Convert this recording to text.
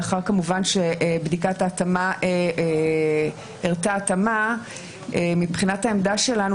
כמובן לאחר שבדיקת ההתאמה הראתה התאמה מבחינת העמדה שלנו,